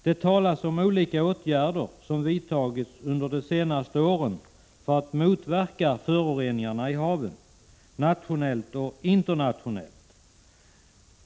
Det talas om olika åtgärder som vidtagits under de senaste åren för att motverka föroreningarna av haven nationellt och internationellt.